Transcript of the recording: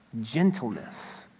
gentleness